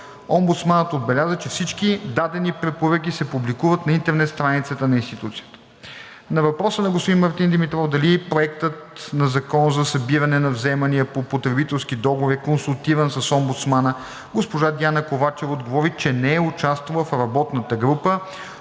Омбудсманът отбеляза, че всички дадени препоръки се публикуват на интернет страницата на институцията. На въпроса на господин Мартин Димитров дали Проектът на Закон за събиране на вземания по потребителски договори е консултиран с омбудсман госпожа Диана Ковачева отговори, че не е участвала в работната група,